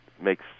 makes